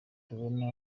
tubona